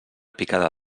picada